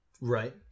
Right